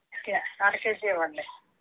కే అరకేజీ ఇవ్వండి